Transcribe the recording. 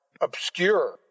obscure